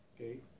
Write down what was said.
okay